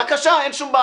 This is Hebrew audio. רכיבי המוצר,